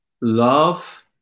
love